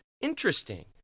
Interesting